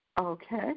Okay